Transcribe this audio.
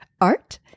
Art